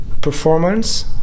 performance